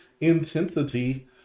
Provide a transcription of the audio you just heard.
intensity